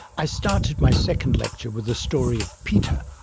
i started my second lecture with the story of peter,